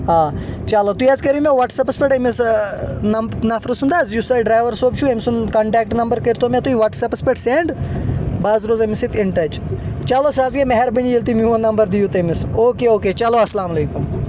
آ چلو تُہۍ حظ کٔریو مےٚ وٹس ایپس پٮ۪ٹھ أمِس نفرٕ سُنٛد حظ یُس تۄہہِ ڈرایور صأب چُھو تۄہہِ تٔمہِ سُنٛد نمبر کٔرۍ تو مےٚ تُہۍ وٹس ایپس پٮ۪ٹھ سینٛڈ بہٕ حظ روزٕ أمِس سۭتۍ اِن ٹچ چلو سُہ حظ گٔے مہربأنی ییٚلہِ تُہۍ میٛون نمبر دِیوٗ تٔمس اوکے اوکے چلو اسلامُ علیکم